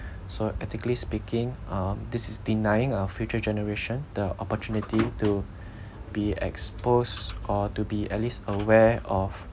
so ethically speaking um this is denying our future generation the opportunity to be exposed or to be at least aware of